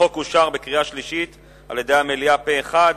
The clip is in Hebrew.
החוק אושר בקריאה שלישית על-ידי המליאה פה אחד.